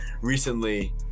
recently